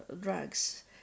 drugs